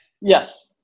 Yes